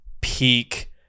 peak